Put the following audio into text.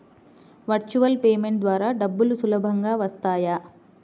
Virtual payment ద్వారా డబ్బులు సులభంగా వస్తాయా?